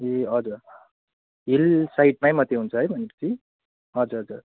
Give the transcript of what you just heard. ए हजुर हिल साइडमा मात्रै हुन्छ है भनेपछि हजुर हजुर